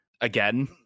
again